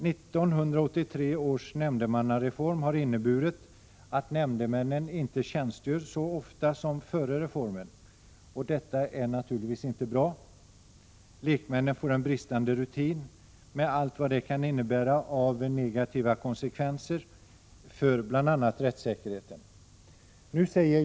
1983 års nämndemannareform har inneburit att nämndemännen inte tjänstgör så ofta som före reformen. Detta är naturligtvis inte bra: lekmännen får en bristande rutin med allt vad det kan innebära av negativa konsekvenser för bl.a. rättssäkerheten.